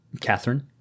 Catherine